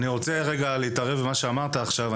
אני רוצה להתערב במה שאמרת עכשיו.